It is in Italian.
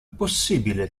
possibile